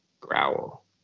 growl